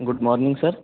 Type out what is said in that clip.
good morning sir